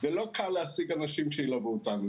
ולא קל להשיג אנשים שילוו אותנו,